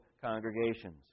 congregations